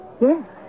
Yes